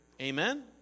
Amen